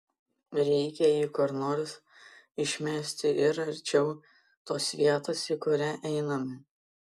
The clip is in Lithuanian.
reikia jį kur nors išmesti ir arčiau tos vietos į kurią einame